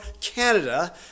Canada